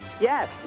Yes